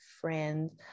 friends